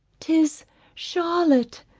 tis charlotte,